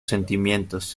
sentimientos